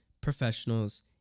professionals